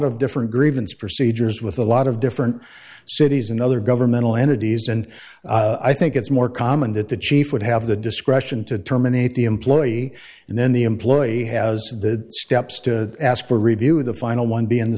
of different grievance procedures with a lot of different cities and other governmental entities and i think it's more common that the chief would have the discretion to terminate the employee and then the employee has the steps to ask for review the final one be in the